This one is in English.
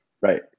Right